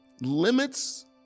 limits